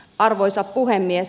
arvoisa puhemies